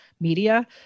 media